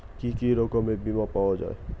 কি কি রকমের বিমা পাওয়া য়ায়?